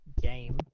game